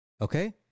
Okay